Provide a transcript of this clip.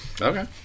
Okay